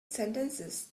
sentences